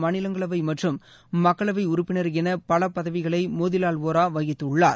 மாநிலங்களவை மற்றும் மக்களவை உறுப்பினர் என பல பதவிகளை மோதிலால் வோரா வகித்துள்ளார்